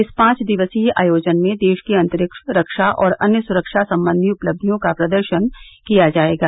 इस पांच दिवसीय आयोजन में देश के अंतरिक्ष रक्षा और अन्य सुरक्षा सम्बंधी उपलब्धियों का प्रदर्शन किया जायेगा